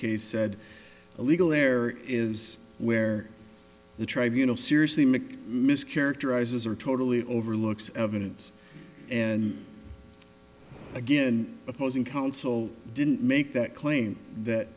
case said illegal there is where the tribunal seriously mick mis characterizes or totally overlooks evidence and again opposing counsel didn't make that claim that